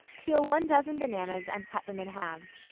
peel one dozen bananas and cut them in halves.